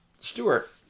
Stewart